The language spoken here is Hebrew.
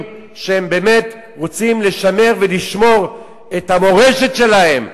שהם באמת רוצים לשמר ולשמור את המורשת שלהם.